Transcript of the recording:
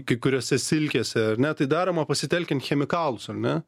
kai kuriose silkėse ar ne tai daroma pasitelkiant chemikalus ar ne